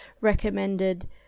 recommended